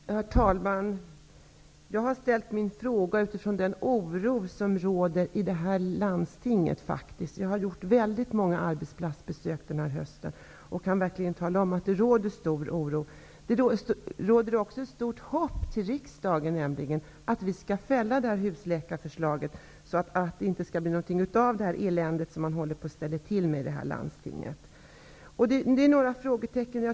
Herr talman! Jag har ställt min fråga utifrån den oro som råder i det här landstinget. Jag har besökt väldigt många arbetsplatser denna höst, och jag kan verkligen tala om att det råder stor oro. Det närs också ett stort hopp att förslaget om husläkarsystem skall fällas i riksdagen, så att det elände som man i det här landstinget håller på att ställa till med inte blir av. Det kvarstår några frågetecken.